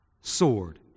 sword